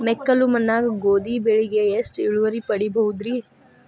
ಮೆಕ್ಕಲು ಮಣ್ಣಾಗ ಗೋಧಿ ಬೆಳಿಗೆ ಎಷ್ಟ ಇಳುವರಿ ಪಡಿಬಹುದ್ರಿ?